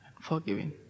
forgiving